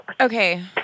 Okay